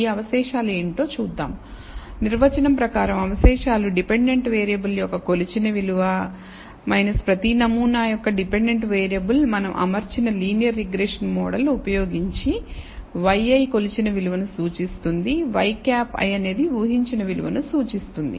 ఈ అవశేషాలు ఏమిటో చూద్దాం నిర్వచనం ప్రకారం అవశేషాలు డిపెండెంట్ వేరియబుల్ యొక్క కొలిచిన విలువ ప్రతీ నమూనా యొక్క డిపెండెంట్ వేరియబుల్ మనం అమర్చిన లీనియర్ రిగ్రెషన్ మోడల్ ఉపయోగించి yi కొలిచిన విలువను సూచిస్తుంది ŷi అనేది ఊహించిన విలువను సూచిస్తుంది